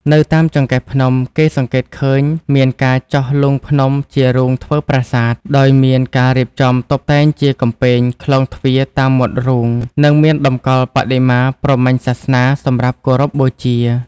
នៅតាមចង្កេះភ្នំ គេសង្កេតឃើញមានការចោះលុងភ្នំជារូងធ្វើប្រាសាទ ដោយមានការរៀបចំតុបតែងជាកំពែង ក្លោងទ្វារតាមមាត់រូង និងមានតម្កល់បដិមាព្រហ្មញ្ញសាសនាសម្រាប់គោរពបូជា។